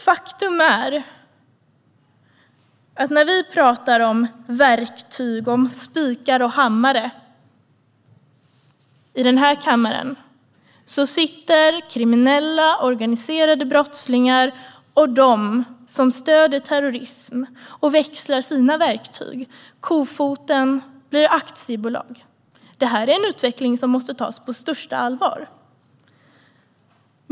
Faktum är att när vi talar om verktyg, spikar och hammare i den här kammaren sitter kriminella organiserade brottslingar och de som stöder terrorism och växlar sina verktyg. Kofoten blir aktiebolag. Det är en utveckling som måste tas på största allvar.